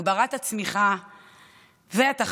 הגברת הצמיחה והתחרות,